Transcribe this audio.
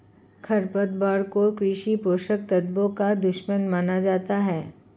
खरपतवार को कृषि पोषक तत्वों का दुश्मन माना जाता है